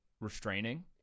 restraining